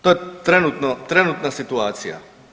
To je trenutno, trenutna situacija.